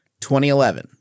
2011